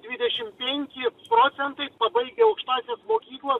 dvidešim penkti procentai pabaigę aukštąsias mokyklas